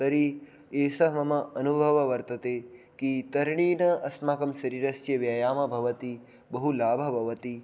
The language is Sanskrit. तर्हि एषः मम अनुभवः वर्तते कि तरणेन अस्माकं शरीरस्य व्यायामः भवति बहुलाभः भवति